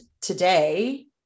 today